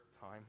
time